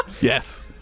yes